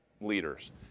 leaders